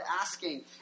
asking